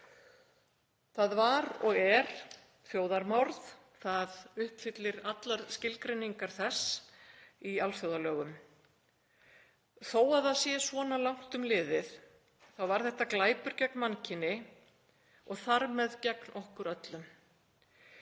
Það var og er þjóðarmorð. Það uppfyllir allar skilgreiningar þess í alþjóðalögum. Þó að það sé svona langt um liðið var þetta glæpur gegn mannkyni og þar með gegn okkur öllum.